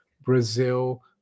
Brazil